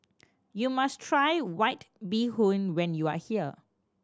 you must try White Bee Hoon when you are here